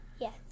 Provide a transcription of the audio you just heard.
Yes